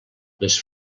les